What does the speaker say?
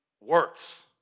works